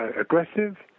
Aggressive